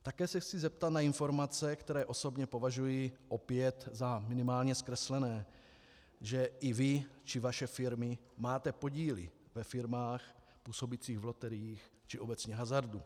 Také se chci zeptat na informace, které osobně považuji opět za minimálně zkreslené, že i vy či vaše firmy máte podíly ve firmách působících v loteriích, či obecně hazardu.